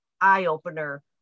eye-opener